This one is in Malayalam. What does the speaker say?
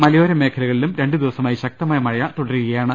മലയോരമേഖലക ളിലും രണ്ട് ദിവസമായി ശക്തമായ മഴ തുടരുകയാണ്